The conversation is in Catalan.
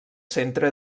centre